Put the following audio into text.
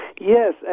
Yes